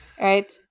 right